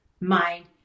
mind